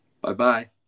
Bye-bye